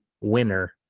winner